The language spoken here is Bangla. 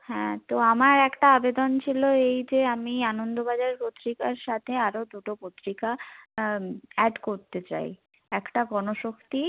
হ্যাঁ তো আমার একটা আবেদন ছিল এই যে আমি আনন্দবাজার পত্রিকার সাথে আরও দুটো পত্রিকা অ্যাড করতে চাই একটা গণশক্তি